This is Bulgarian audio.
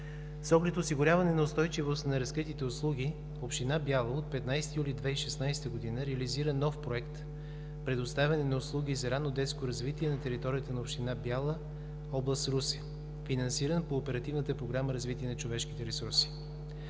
С оглед осигуряване на устойчивост на разкритите услуги община Бяла от 15 юли 2016 г. реализира нов проект „Предоставяне на услуги за ранно детско развитие“ на територията на община Бяла, област Русе, финансиран по Оперативната програма „Развитие на човешките ресурси“.